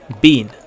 Bean